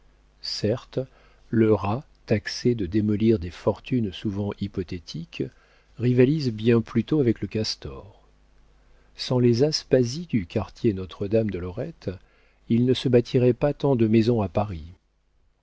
certes le rat taxé de démolir des fortunes souvent hypothétiques rivalise bien plutôt avec le castor sans les aspasies du quartier notre-dame de lorette il ne se bâtirait pas tant de maisons à paris